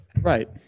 Right